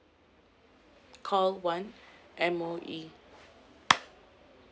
call one M_O_E